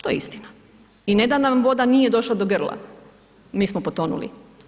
To je istina i ne da nam voda nije došla do grla, mi smo potonuli.